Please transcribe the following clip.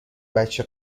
بچه